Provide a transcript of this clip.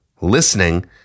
Listening